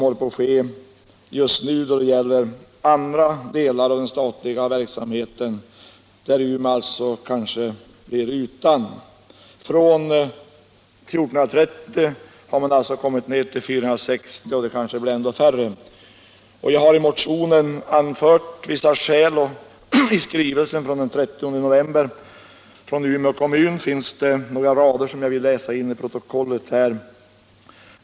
Från 1430 anställda har man alltså nu kommit ned till 460, 8 december 1976 och det kanske blir ännu färre. ige dia I skrivelsen av den 30 november från Umeå kommun finns några rader — Radio och television som jag vill läsa in i protokollet.